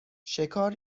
شکار